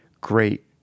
great